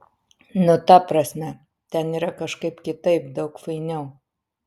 nu ta prasme ten yra kažkaip kitaip daug fainiau